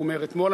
הוא אומר אתמול,